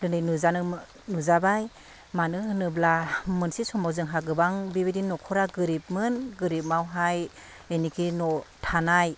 दिनै नुजानो नुजाबाय मानो होनोब्ला मोनसे समाव जोंहा गोबां बेबायदिनो न'खरा गोरिबमोन गोरिबमावहाय जेनेखि न' थानाय